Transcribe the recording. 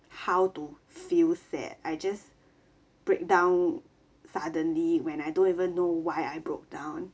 how to feel sad I just breakdown suddenly when I don't even know why I broke down